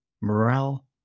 morale